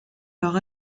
leur